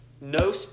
no